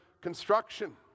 construction